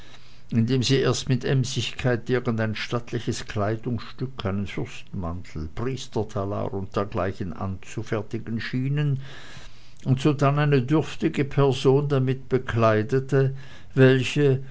indem sie erst mit emsigkeit irgendein stattliches kleidungsstück einen fürstenmantel priestertalar und dergleichen anzufertigen schien und sodann eine dürftige person damit bekleidete welche